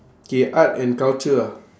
K art and culture ah